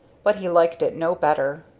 but he liked it no better.